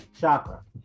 chakra